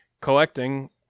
collecting